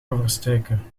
oversteken